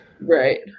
Right